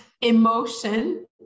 emotion